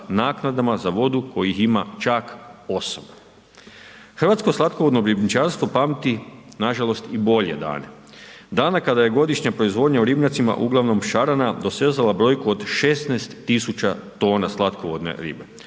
naknadama za vodu kojih ima čak 8. Hrvatsko slatkovodno ribničarstvo pamti nažalost i bolje dane. Dane kada je godišnja proizvodnja u ribnjacima uglavnom šarana dosezala brojku od 16 tisuća tona slatkovodne ribe